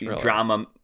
drama